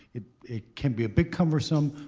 it it can be a bit cumbersome,